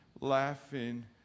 laughing